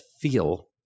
feel